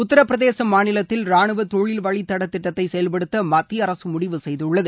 உத்தரப்பிரதேச மாநிலத்தில் ராணுவ தொழில்வழித்தட திட்டத்தை செயல்படுத்த மத்திய அரசு முடிவு செய்துள்ளது